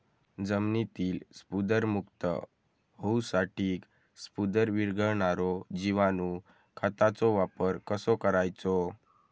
जमिनीतील स्फुदरमुक्त होऊसाठीक स्फुदर वीरघळनारो जिवाणू खताचो वापर कसो करायचो?